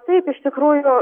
taip iš tikrųjų